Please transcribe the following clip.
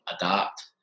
adapt